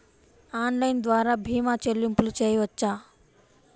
Online ద్వార భీమా చెల్లింపులు చేయవచ్చా?